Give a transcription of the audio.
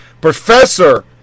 Professor